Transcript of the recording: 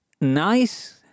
nice